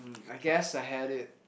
I guess I had it